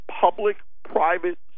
public-private